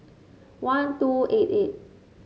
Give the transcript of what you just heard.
one two eight eight